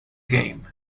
game